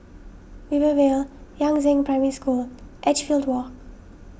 Rivervale Yangzheng Primary School Edgefield Walk